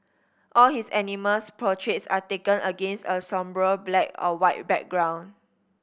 all his animals portraits are taken against a sombre black or white background